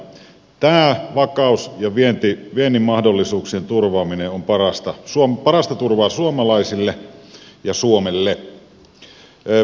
tämä vakaus ja viennin mahdollisuuksien turvaaminen ovat parasta turvaa suomalaisille ja suomelle